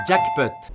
Jackpot